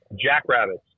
Jackrabbits